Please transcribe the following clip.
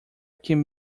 can